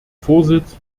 vorsitz